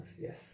yes